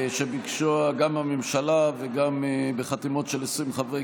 שביקשו גם מהממשלה וגם בחתימות של 20 חברי